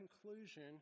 conclusion